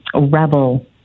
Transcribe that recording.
rebel